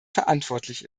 verantwortlich